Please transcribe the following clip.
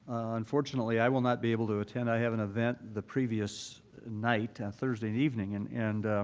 unfortunately, i will not be able to attend. i have an event the previous night, ah thursday and evening, and and